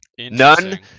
none